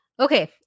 Okay